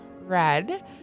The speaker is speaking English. Red